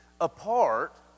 apart